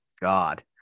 God